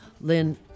lynn